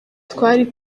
twari